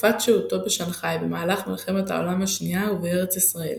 בתקופת שהותה בשנגחאי במהלך מלחמת העולם השנייה ובארץ ישראל,